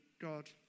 God